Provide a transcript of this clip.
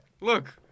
Look